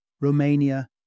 Romania